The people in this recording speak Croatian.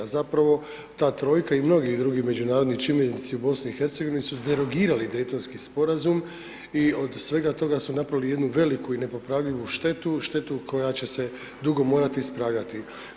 Zapravo, ta trojka i mnogi drugi međunarodni čimbenici u BiH su derogirali Daytonski sporazum i od svega toga su napravili jednu veliku i nepopravljivu štetu, štetu koja će se dugo morati ispravljati.